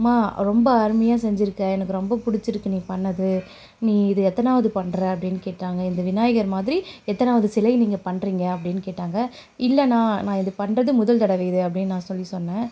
அம்மா ரொம்ப அருமையாக செஞ்சிருக்க எனக்கு ரொம்ப பிடிச்சிருக்குது நீ பண்ணினது நீ இது எத்தனாயாவது பண்ணுற அப்படின்னு கேட்டாங்க இந்த விநாயகர் மாதிரி எத்தனாயாவது சிலை நீங்கள் பண்ணுறீங்க அப்படின்னு கேட்டாங்க இல்லைண்ணா நான் இது பண்ணுறது முதல்தடவை இது அப்படின்னு நான் சொல்லி சொன்னேன்